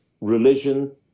religion